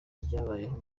byabayeho